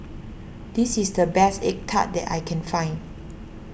this is the best Egg Tart that I can find